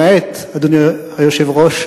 למעט אדוני היושב-ראש,